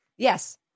Yes